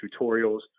tutorials